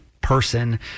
person